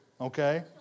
okay